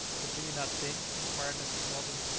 but do you not think, inquired mrs. weldon,